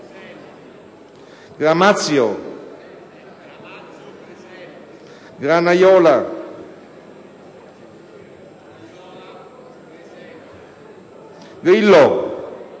Gramazio, Granaiola, Grillo